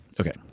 Okay